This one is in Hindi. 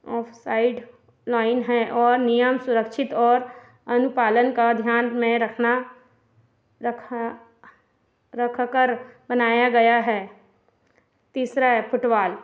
ऑफ़ साइड लाॅइन है और नियम सुरक्षित और अनुपालन का ध्यान में रखना रखा रखकर बनाया गया है तीसरा है फ़ुटवाल